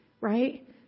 right